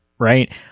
Right